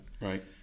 Right